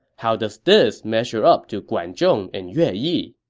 how does this measure up to guan zhong and yue yi?